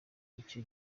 icyo